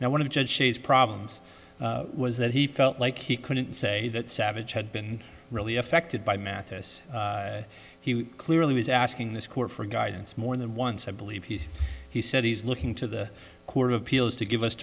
now one of the problems was that he felt like he couldn't say that savage had been really affected by mathis he clearly was asking this court for guidance more than once i believe he said he's looking to the court of appeals to give us